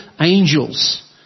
angels